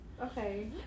Okay